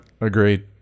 agreed